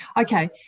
okay